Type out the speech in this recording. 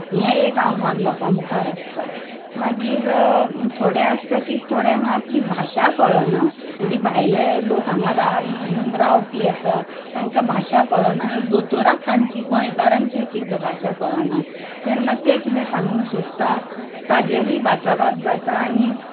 हें एक आव्हान लोकां मुखार आसता मागीर थोडे आसता की थोड्यांक आपली भाशा कळना थोडीं भायले लोक हांगा येवन रावपी आसात तांका भाशा कळना दोतोरांक तांची गोंयकारांची एक एकदां भाशा कळना तेन्ना ते कितें सांगूंक सोदता ताचेरूय भाचाभाच जाता आनी